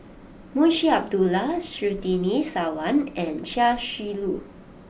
Munshi Abdullah Surtini Sarwan and Chia Shi Lu